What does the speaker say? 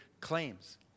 claims